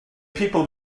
people